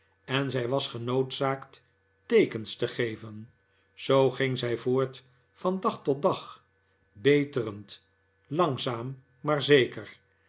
en zij was genoodzaakt teekens te geven zoo ging zij voort van dag tot dag beterend langzaam maar zeker